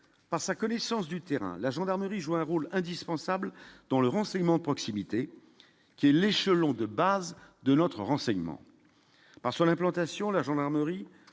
par sa connaissance du terrain, la gendarmerie jouent un rôle indispensable dans le renseignement de proximité qui est l'échelon de base de notre renseignement par sur l'implantation, la gendarmerie